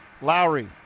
lowry